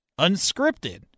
unscripted